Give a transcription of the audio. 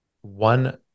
one